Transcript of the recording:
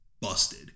busted